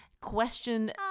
question